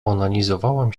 onanizowałam